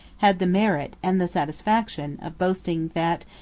had the merit, and the satisfaction, of boasting, that,